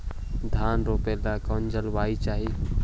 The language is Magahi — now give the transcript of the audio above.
धान रोप ला कौन जलवायु चाही?